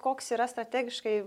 koks yra strategiškai